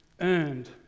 earned